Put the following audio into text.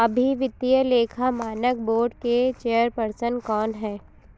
अभी वित्तीय लेखा मानक बोर्ड के चेयरपर्सन कौन हैं?